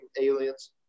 aliens